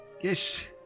Yes